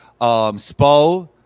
Spo